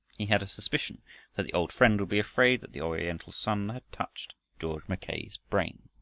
he had a suspicion that the old friend would be afraid that the oriental sun had touched george mackay's brain.